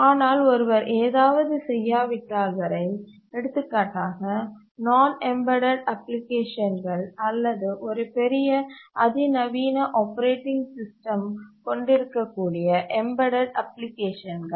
ஆனால் ஒருவர் ஏதாவது செய்யாவிட்டால் வரை எடுத்துக்காட்டாக நான்எம்பெடட் அப்ளிகேஷன்கள் அல்லது ஒரு பெரிய அதிநவீன ஆப்பரேட்டிங் சிஸ்டம் கொண்டிருக்க கூடிய எம்பெடட் அப்ளிகேஷன்கள்